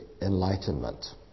enlightenment